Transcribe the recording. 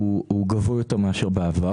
הוא גבוה יותר מאשר בעבר.